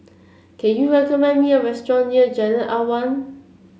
can you recommend me a restaurant near Jalan Awan